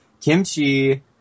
Kimchi